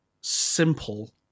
simple